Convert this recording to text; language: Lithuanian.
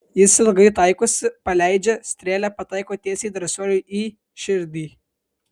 jis ilgai taikosi paleidžia strėlė pataiko tiesiai drąsuoliui į širdį